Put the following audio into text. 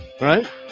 Right